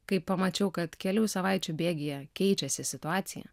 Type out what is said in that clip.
kai pamačiau kad kelių savaičių bėgyje keičiasi situacija